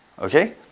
Okay